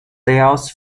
layouts